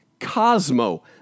Cosmo